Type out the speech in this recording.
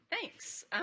Thanks